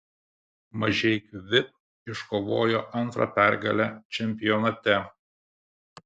mažeikių vip iškovojo antrą pergalę čempionate